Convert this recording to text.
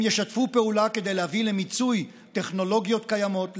הם ישתפו פעולה כדי להביא למיצוי טכנולוגיות קיימות,